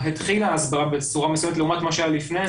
התחילה ההסברה בצורה מסודרת לעומת מה שהיה לפני זה.